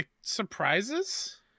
surprises